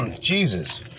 Jesus